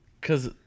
Cause